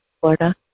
Florida